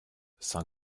saint